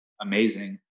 amazing